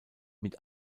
mit